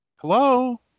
Hello